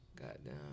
Goddamn